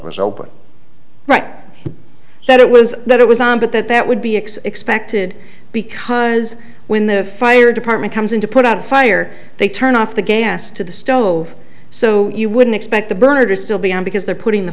was over right that it was that it was on but that that would be expected because when the fire department comes in to put out a fire they turn off the gas to the stove so you wouldn't expect the burner to still be on because they're putting the